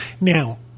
Now